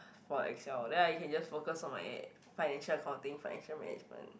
for excel then I can just focus on my financial accounting financial management